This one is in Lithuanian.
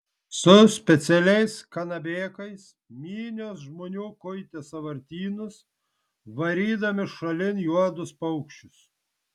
su specialiais kanabėkais minios žmonių kuitė sąvartynus varydami šalin juodus paukščius